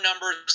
numbers